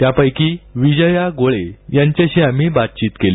त्यापैकी विजया गोळे यांच्याशी आम्ही बातचीत केली